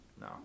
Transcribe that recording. No